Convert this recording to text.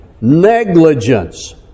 Negligence